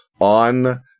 on